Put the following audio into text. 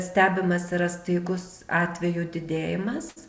stebimas yra staigus atvejų didėjimas